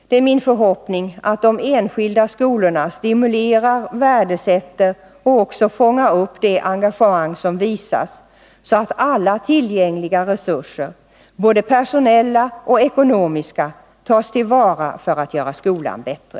Det är min förhoppning att de enskilda skolorna stimulerar, värdesätter och också fångar upp det engagemang som visa så att alla tillgängliga resurser, både personella och ekonomiska, tas till vara för att göra skolan bättre.